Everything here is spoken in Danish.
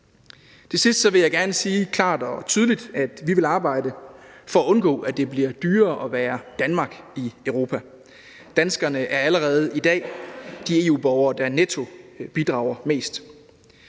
Til sidst vil jeg gerne sige klart og tydeligt, at vi vil arbejde for at undgå, at det bliver dyrere at være Danmark i Europa. Danskerne er allerede i dag de EU-borgere, der netto bidrager mest.